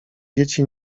dzieci